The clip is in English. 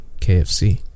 kfc